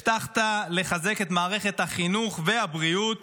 הבטחת לחזק את מערכת החינוך והבריאות